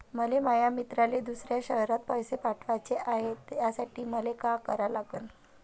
मले माया मित्राले दुसऱ्या शयरात पैसे पाठवाचे हाय, त्यासाठी मले का करा लागन?